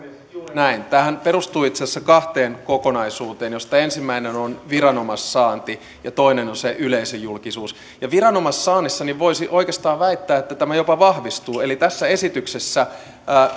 näin tämähän perustuu itse asiassa kahteen kokonaisuuteen joista ensimmäinen on on viranomaissaanti ja toinen on se yleisöjulkisuus viranomaissaannista voisi oikeastaan väittää että tämä jopa vahvistuu eli tässä esityksessä